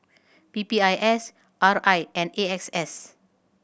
P P I S R I and A X S